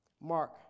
Mark